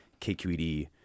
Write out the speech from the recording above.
kqed